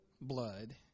blood